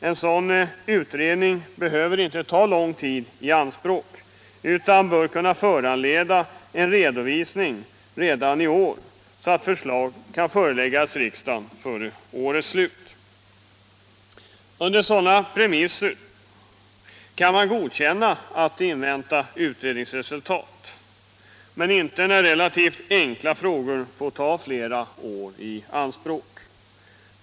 En sådan utredning behöver inte ta lång tid i anspråk utan bör kunna föranleda en redovisning redan i år, så att förslag kan föreläggas riksdagen före årets slut. Under sådana premisser som de nu aktuella kan man godkänna att man får vänta på utredningsresultat, men inte när frågor som är relativt enkla tar flera år i anspråk.